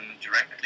directly